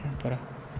प्राग